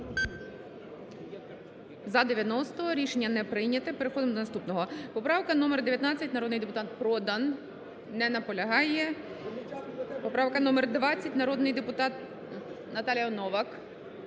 Рішення не прийнято. Переходимо до наступного. Поправка номер 19, народний депутат Продан не наполягає. Поправка номер 20, народний депутат Наталія Новак